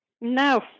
No